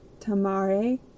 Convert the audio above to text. tamare